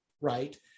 right